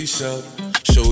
Show